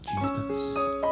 Jesus